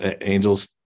Angels